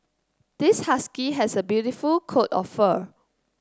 this husky has a beautiful coat of fur